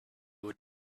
would